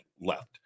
left